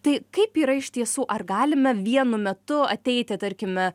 tai kaip yra iš tiesų ar galime vienu metu ateiti tarkime